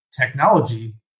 technology